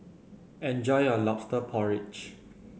enjoy your Lobster Porridge